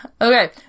Okay